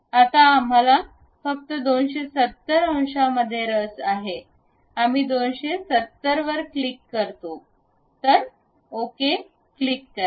आता आम्हाला फक्त 270 अंशांमध्ये रस आहे आम्ही 270 वर क्लिक करतो तर ओके क्लिक करा